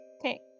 Okay